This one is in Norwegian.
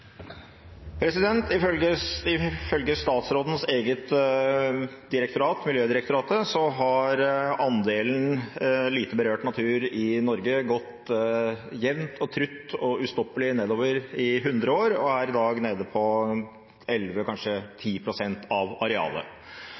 Ifølge statsrådens eget direktorat, Miljødirektoratet, har andelen lite berørt natur i Norge gått jevnt, trutt og ustoppelig nedover i hundre år og er i dag nede på 11 pst. – kanskje 10 pst. – av arealet.